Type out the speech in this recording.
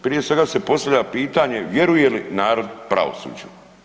Prije svega se postavlja pitanje vjeruje li narod pravosuđu?